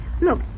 Look